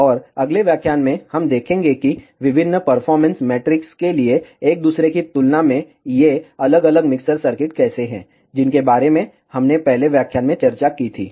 और अगले व्याख्यान में हम देखेंगे कि विभिन्न परफॉरमेंस मेट्रिक्स के लिए एक दूसरे की तुलना में ये अलग अलग मिक्सर सर्किट कैसे हैं जिनके बारे में हमने पहले व्याख्यान में चर्चा की थी